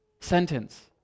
sentence